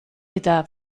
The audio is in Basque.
eta